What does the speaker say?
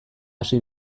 hasi